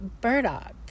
burdock